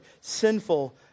sinful